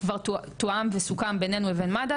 כבר תואם וסוכם בינינו לבין מד"א,